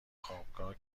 خوابگاه